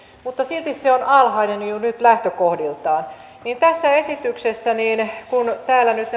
silti se on alhainen jo nyt lähtökohdiltaan kun tässä esityksessä nyt